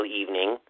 evening